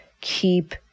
keep